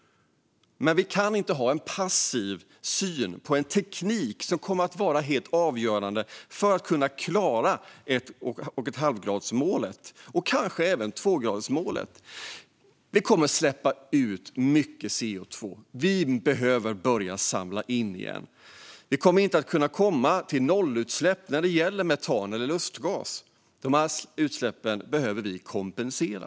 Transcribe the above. Men vi kan inte ha en passiv syn på en teknik som kommer att vara helt avgörande för att vi ska kunna klara 1,5-gradersmålet och kanske även 2-gradersmålet. Vi kommer att släppa ut mycket CO2. Vi behöver börja samla in igen. Vi kommer inte att kunna komma till nollutsläpp när det gäller metan eller lustgas. De utsläppen behöver vi kompensera.